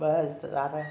ॿ हज़ार